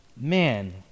man